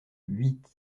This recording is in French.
huit